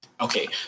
Okay